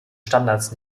standards